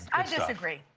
i disagree.